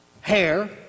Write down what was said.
hair